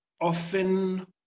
Often